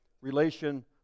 Relation